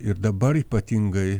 ir dabar ypatingai